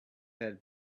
had